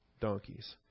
donkeys